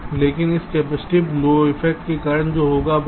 लेकिन इस capacitive effect के कारण जो होगा वह है